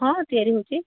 ହଁ ତିଆରି ହେଉଛି